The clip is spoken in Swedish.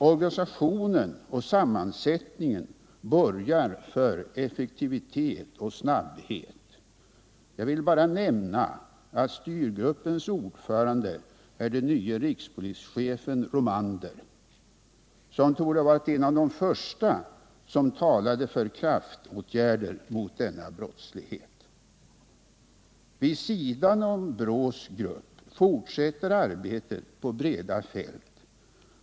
Organisationen och sammansättningen borgar för effektivitet och snabbhet. Jag vill bara nämna att styrgruppens ordförande är den nye rikspolischefen Romander, som torde vara en av de första som talat för kraftåtgärder mot denna brottslighet. Vid sidan om brottsförebyggande rådets styrgrupp fortsätter arbetet på breda fält.